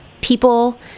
people